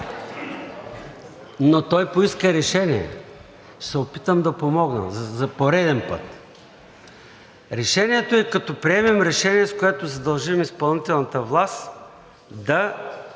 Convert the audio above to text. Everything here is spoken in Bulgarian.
Но той поиска решение. Ще се опитам да помогна за пореден път. Решението е, като приемем решение, с което задължим изпълнителната власт да